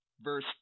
verse